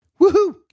Woohoo